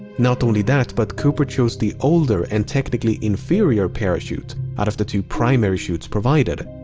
not only that, but cooper chose the older and technically inferior parachute out of the two primary chutes provided.